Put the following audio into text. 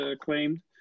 claimed